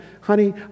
honey